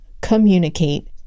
communicate